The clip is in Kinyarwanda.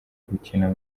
gukina